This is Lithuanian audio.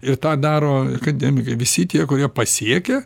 ir tą daro akademikai visi tie kurie pasiekia